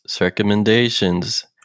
recommendations